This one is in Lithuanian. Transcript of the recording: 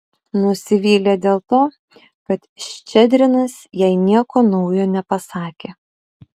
nusivylė dėl to kad ščedrinas jai nieko naujo nepasakė